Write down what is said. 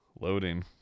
Loading